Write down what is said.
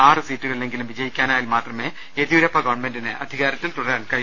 ആറ് സീറ്റുകളിലെങ്കിലും വിജയിക്കാനായാൽ മാത്രമേ യെദ്യൂരപ്പ ഗവൺമെന്റിന് അധികാരത്തിൽ തുടരാനാകുകയുള്ളൂ